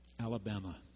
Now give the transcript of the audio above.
Alabama